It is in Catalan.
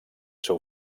seu